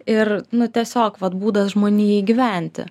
ir nu tiesiog vat būdas žmonijai gyventi